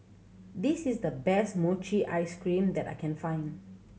this is the best mochi ice cream that I can find